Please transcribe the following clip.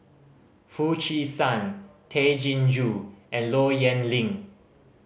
Foo Chee San Tay Chin Joo and Low Yen Ling